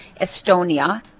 Estonia